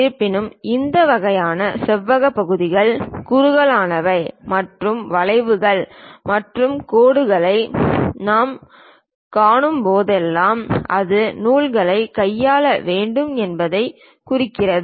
இருப்பினும் இந்த வகையான செவ்வக பகுதிகள் குறுகலானவை மற்றும் வளைவுகள் மற்றும் கோடுகளை நாம் காணும்போதெல்லாம் அது நூல்களைக் கையாள வேண்டும் என்பதைக் குறிக்கிறது